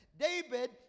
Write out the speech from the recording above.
David